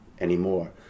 anymore